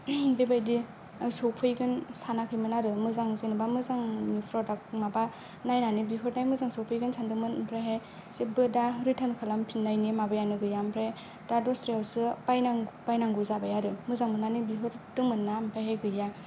बेबाइदि सफैयगोन सानाखैमोन आरो मोजां जेनबा मोजां फ्र'दाक्थ माबा नायनानै बिहरनाय मोजां सफैगोन सानदोंमोन आमफ्रायहाय जेबो दा रिथान खालामफिननायनि माबायानो गैया ओमफ्राय दा दोस्रायावसो बायनां बायनांगौ जाबाय आरो मोजां मोननानै बिहरदोंमोनना ओमफ्रायहाय गैया